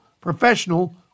professional